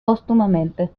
póstumamente